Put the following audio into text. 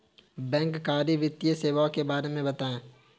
बैंककारी वित्तीय सेवाओं के बारे में बताएँ?